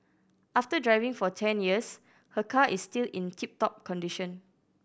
after driving for ten years her car is still in tip top condition